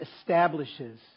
establishes